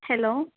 hello